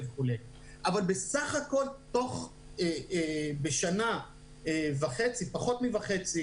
אבל בסך הכול בשנה ושלושה